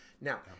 now